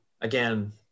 again